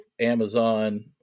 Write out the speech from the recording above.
Amazon